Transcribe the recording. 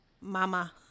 mama